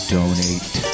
Donate